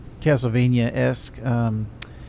Castlevania-esque